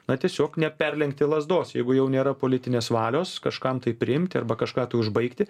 na tiesiog neperlenkti lazdos jeigu jau nėra politinės valios kažkam tai priimti arba kažką užbaigti